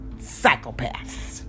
psychopaths